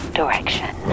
direction